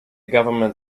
government